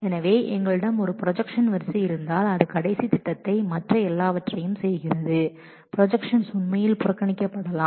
எனவே எங்களிடம் ஒரு ப்ரொஜெக்ஷன்ஸ் வரிசை இருந்தால் அது கடைசி ப்ரொஜெக்ஷன்ஸ் மட்டும் செய்கிறது மற்ற எல்லாவற்றையும் உண்மையில் புறக்கணிக்கப்படலாம்